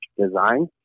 design